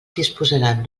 disposaran